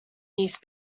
niece